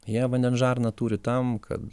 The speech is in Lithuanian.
jie vandens žarną turi tam kad